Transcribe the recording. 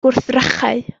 gwrthrychau